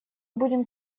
будем